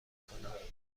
کنم